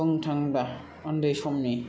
बुंनो थांबा उन्दै समनि